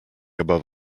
above